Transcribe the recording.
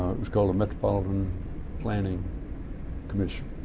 it was called the metropolitan planning commission.